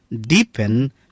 deepen